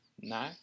No